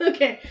Okay